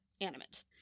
animate